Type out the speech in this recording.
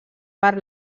per